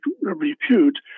repute